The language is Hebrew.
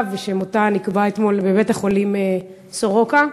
ושמותה נקבע אתמול בבית-החולים סורוקה.